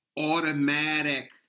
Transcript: automatic